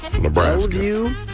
Nebraska